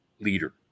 leader